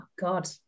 god